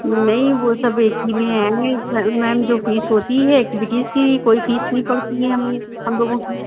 नहीं वह सब एक ही में है मैम जो फ़ीस होती है ऐक्टिविटीज़ की ही कोई फ़ीस नहीं पड़ती है हम हम लोगों की